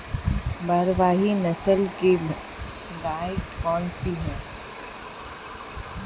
भारवाही नस्ल की गायें कौन सी हैं?